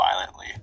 violently